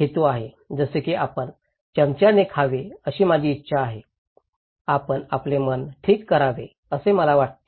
हेतू आहे जसे की आपण चमच्याने खावे अशी माझी इच्छा आहे आपण आपले मन ठीक करावे असे मला वाटते